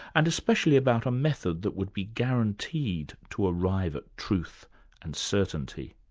and especially about a method that would be guaranteed to arrive at truth and certainty.